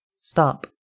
Stop